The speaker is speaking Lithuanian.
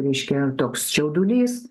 ryškėjant toks čiaudulys